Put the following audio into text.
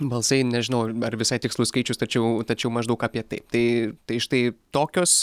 balsai nežinau ar visai tikslus skaičius tačiau tačiau maždaug apie tai tai tai štai tokios